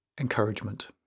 Encouragement